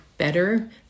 Better